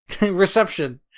Reception